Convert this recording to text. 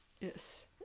Yes